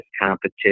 competition